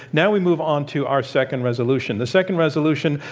now we move on to our second resolution. the second resolution,